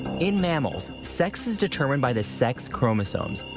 in mammals, sex is determined by the sex chromosomes.